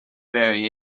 very